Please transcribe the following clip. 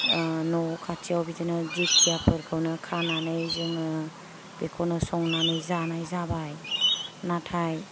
न' खाथियाव बिदिनो दिंखियाफोरखौनो खानानै जोङो बेखौनो संनानै जानाय जाबाय नाथाय